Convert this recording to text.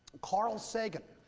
carl sagan,